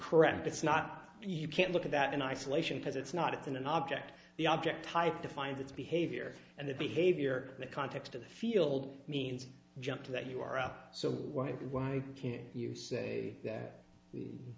correct it's not you can't look at that in isolation because it's not in an object the object type defines its behavior and the behavior the context of the field means jump to that you are up so why why can you say that